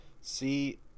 See